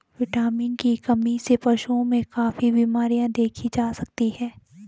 vitamin की कमी से पशुओं में काफी बिमरियाँ देखी जा सकती हैं